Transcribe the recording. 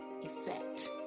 effect